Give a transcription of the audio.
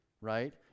right